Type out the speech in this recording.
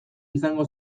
izango